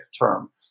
term